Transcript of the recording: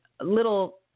little